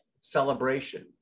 celebration